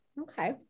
Okay